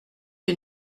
que